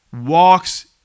walks